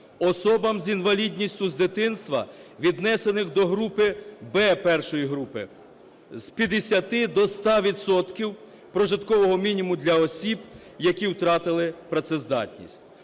особам з інвалідністю з дитинства, віднесених до групи Б (I групи) з 50 до 100 відсотків прожиткового мінімуму для осіб, які втратили працездатність;